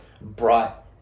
brought